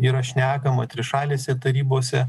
yra šnekama trišalėse tarybose